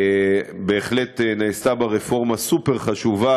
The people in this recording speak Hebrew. בהחלט נעשתה בה רפורמה סופר-חשובה,